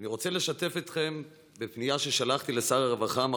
אני רוצה לשתף אתכם בפנייה ששלחתי לשר הרווחה,